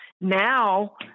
Now